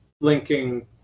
linking